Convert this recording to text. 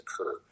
occur